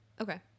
Okay